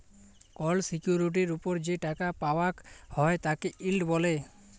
call সিকিউরিটির ওপর যে টাকা পাওয়াক হ্যয় তাকে ইল্ড ব্যলে